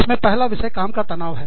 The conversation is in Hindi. इसमें पहला विषय काम का तनाव है